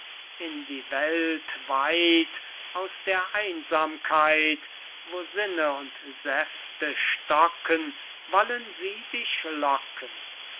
in die welt weit aus der einsamkeit wo sinnen und säfte stocken wollen sie dich locken